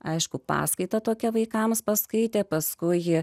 aišku paskaita tokia vaikams paskaitė paskui jie